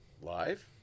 Live